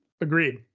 agreed